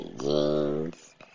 jeans